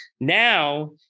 Now